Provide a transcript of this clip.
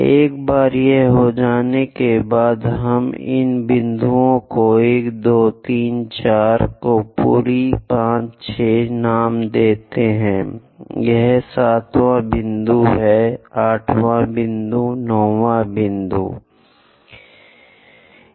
एक बार यह हो जाने के बाद हम इन बिंदुओं को 1 2 3 4 को पूरे 5 6 नाम देते हैं यह 7 वां बिंदु है 8 वां 9 अब हमें जो करना है वह 1 1 के साथ 1 में शामिल हो जाता है